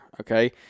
okay